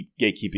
gatekeeping